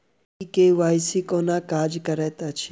ई KYC केना काज करैत अछि?